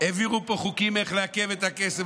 העבירו פה חוקים איך לעכב את הכסף,